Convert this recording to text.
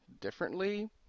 differently